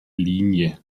linie